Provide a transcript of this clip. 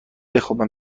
بخابم